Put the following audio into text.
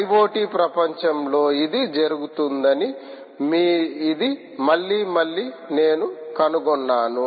I O T ప్రపంచంలో ఇది జరుగుతుందని ఇది మళ్లీ మళ్లీ నేను కనుగొన్నాను